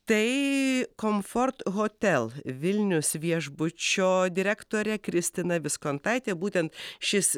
tai komfort hotel vilnius viešbučio direktorė kristina viskontaitė būtent šis